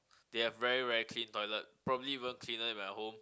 they have very very clean toilet probably even cleaner than your home